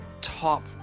top